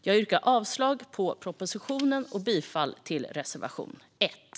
Jag yrkar avslag på förslaget och bifall till reservation 1.